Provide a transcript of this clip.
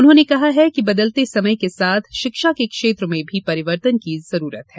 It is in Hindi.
उन्होंने कहा कि बदलते समय के साथ शिक्षा के क्षेत्र में भी परिवर्तन की आवश्यकता है